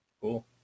Cool